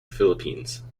philippines